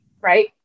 right